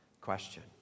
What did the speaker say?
question